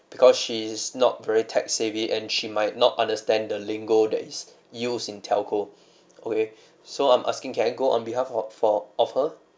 because she is not very tech savvy and she might not understand the lingo that is used in telco okay so I'm asking can I go on behalf of for of her